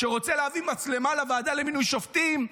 רוצה להביא מצלמה לוועדה למינוי שופטים,